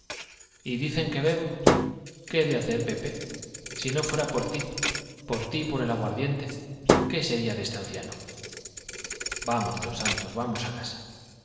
y dicen que bebo qué he de hacer pepe si no fuera por ti por ti y por el aguardiente qué sería de este anciano vamos don santos vamos a casa